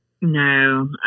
No